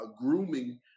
grooming